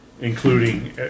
including